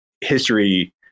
history